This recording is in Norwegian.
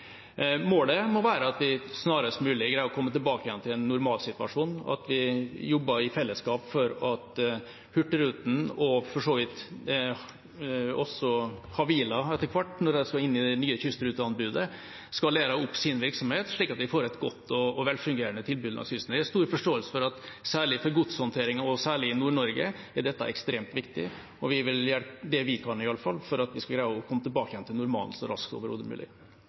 Målet må være at vi snarest mulig greier å komme tilbake igjen til en normalsituasjon, og at vi jobber i fellesskap for at Hurtigruten, og for så vidt også Havila etter hvert, når de skal inn i det nye kystruteanbudet, skalerer opp sin virksomhet, slik at vi får et godt og velfungerende tilbud langs kysten. Jeg har stor forståelse for at særlig for godshåndteringen og særlig i Nord-Norge er dette ekstremt viktig, og vi vil gjøre det vi kan, i alle fall, for at vi skal greie å komme tilbake igjen til normalen så raskt som overhodet mulig.